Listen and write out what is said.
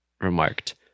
remarked